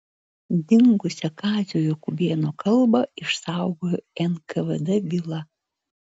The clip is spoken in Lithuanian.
dingusią kazio jakubėno kalbą išsaugojo nkvd byla